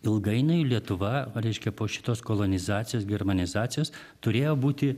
ilgainiui lietuva reiškia po šitos kolonizacijos germanizacijos turėjo būti